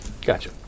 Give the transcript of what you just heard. Gotcha